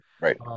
Right